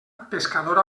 pescador